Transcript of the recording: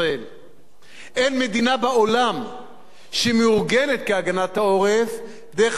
אין מדינה בעולם שמאורגנת בהגנת העורף דרך רשויות מקומיות,